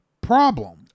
problem